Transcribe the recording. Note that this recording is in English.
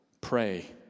Pray